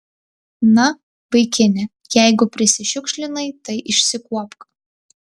na vaikine jeigu prisišiukšlinai tai išsikuopk